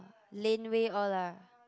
lane way all lah